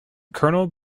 colonel